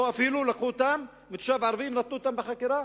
או אפילו לקחו אותם מתושב ערבי ונתנו אותם בחכירה